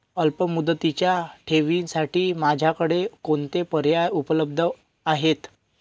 अल्पमुदतीच्या ठेवींसाठी माझ्याकडे कोणते पर्याय उपलब्ध आहेत?